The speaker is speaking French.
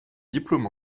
diplôme